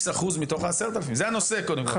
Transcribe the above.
חבר הכנסת עמית הלוי, אני אגיד לך מה אני חושב.